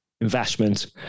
investment